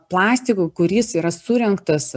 plastiko kuris yra surengtas